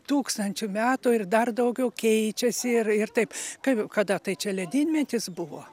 tūkstančių metų ir dar daugiau keičiasi ir ir taip kaip kada tai čia ledynmetis buvo